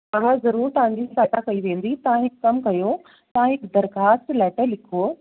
हा हा ज़रूरु तव्हांजी सहायता कई वेंदी तव्हां हिकु कमु कयो ता हिकु दरख़्वास्त लैटर लिखो